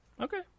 Okay